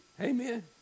Amen